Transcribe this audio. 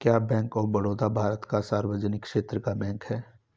क्या bank of Baroda Bharat का सार्वजनिक क्षेत्र का बैंक है?